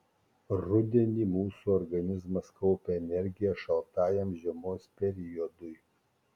rudenį mūsų organizmas kaupia energiją šaltajam žiemos periodui